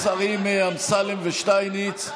השרים אמסלם ושטייניץ,